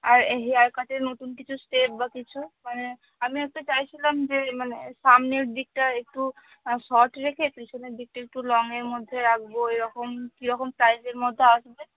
আর এ হেয়ার কাটের নতুন কিছু স্টেপ বা কিছু মানে আমি একটা চাইছিলাম যে মানে সামনের দিকটা একটু শর্ট রেখে পিছনের দিকটা একটু লংয়ের মধ্যে রাখব এরকম কীরকম প্রাইসের মধ্যে আসবে